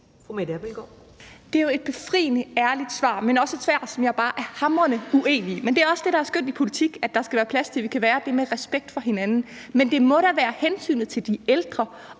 Det er jo et befriende ærligt svar, men også et svar, som jeg bare er hamrende uenig i. Men det er også det, der er skønt i politik, altså at der skal være plads til, at vi kan være uenige med respekt for hinanden. Men det må da være hensynet til de ældre